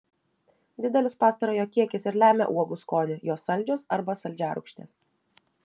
didelis pastarojo kiekis ir lemia uogų skonį jos saldžios arba saldžiarūgštės